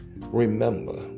Remember